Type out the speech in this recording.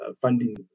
funding